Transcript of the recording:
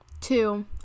two